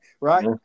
Right